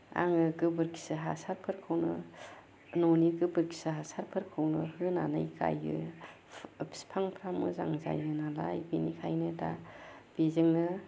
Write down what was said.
आङो गोबोरखि हासारफोरखौनो ननि गोबोरखि हासारफोरखौनो होनानै गायो बिफांफोरा मोजां जायो नालाय बेनिखायनो दा बेजोंनो